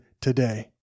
today